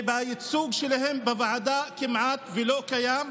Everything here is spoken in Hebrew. והייצוג שלהם בוועדה כמעט ולא קיים.